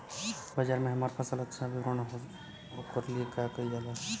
बाजार में हमार फसल अच्छा वितरण हो ओकर लिए का कइलजाला?